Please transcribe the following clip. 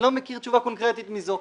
אני לא מכיר תשובה קונקרטית מזו.